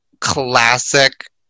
classic